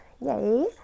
Yay